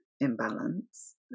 imbalance